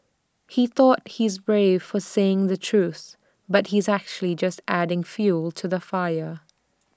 he thought he's brave for saying the truth but he's actually just adding fuel to the fire